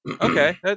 okay